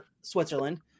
Switzerland